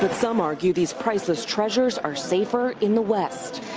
but some argue these priceless treasures are safer in the west.